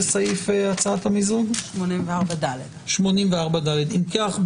אם כך,